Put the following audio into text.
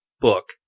book